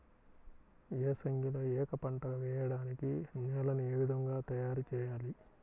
ఏసంగిలో ఏక పంటగ వెయడానికి నేలను ఏ విధముగా తయారుచేయాలి?